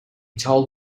told